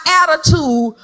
attitude